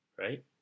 right